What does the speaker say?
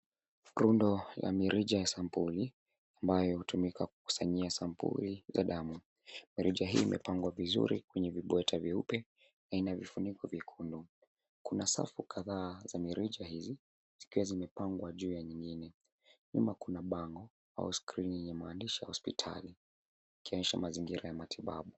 Mkondo la mirija ya sampuli ambayo hutumika kukusanyia sampuli za damu. Mirija hii imepangwa vizuri kwenye vibota vyeupe na ina vifuniko vyekundu. Kuna safu kadhaa za mirija hizi zikiwa zimepangwa juu ya nyingine. Nyuma kuna bango au skrini ya maandishi 'Hospitali' ikionyesha mazingira ya matibabu.